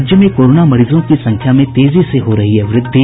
राज्य में कोरोना मरीजों की संख्या में तेजी से हो रही है वृद्धि